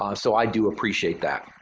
um so i do appreciate that.